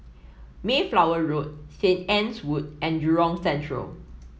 Mayflower Road Saint Anne's Wood and Jurong Central